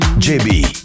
JB